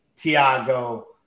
Tiago